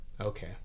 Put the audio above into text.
Okay